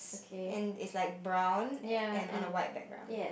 and it's like brown and~ and on a white background